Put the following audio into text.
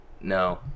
No